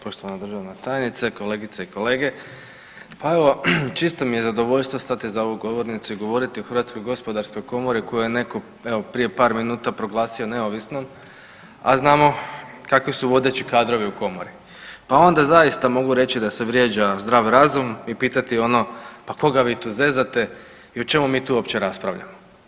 Poštovana državna tajnice, kolegice i kolege, pa evo čisto mi je zadovoljstvo stati za ovu govornicu i govoriti o HGK koju je netko evo prije par minuta proglasio neovisnom, a znamo kakvi su vodeći kadrovi u komori, pa onda zaista mogu reći da se vrijeđa zdrav razum i pitati ono pa koga vi to zezate i o čemu mi tu uopće raspravljamo.